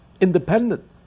independent